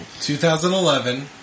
2011